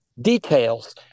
details